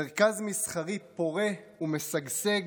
מרכז מסחרי פורה ומשגשג,